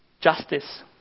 justice